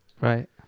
Right